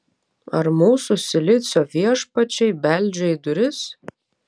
ar mūsų silicio viešpačiai beldžia į duris